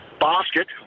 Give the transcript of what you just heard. basket